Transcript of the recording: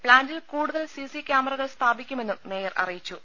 പ്ലാന്റിൽ കൂടുതൽ C C ക്യാമറകൾ സ്ഥാപിക്കുമെന്നും മേയർ അറിയിച്ചു